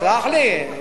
סלח, לי.